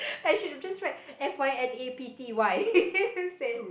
I should have just write F_Y_N_A_P_T_Y send